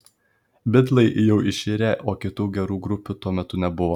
bitlai jau iširę o kitų gerų grupių tuo metu nebuvo